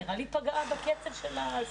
נראה לי היא פגעה בקצב של העשייה.